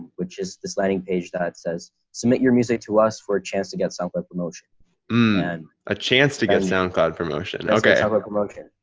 which is this landing page that says submit your music to us for to get some but promotion and a chance to get soundcloud. promotion. okay have a promotion.